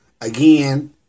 again